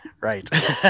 Right